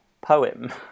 poem